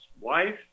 wife